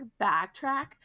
backtrack